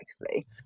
effectively